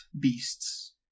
beasts